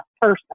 person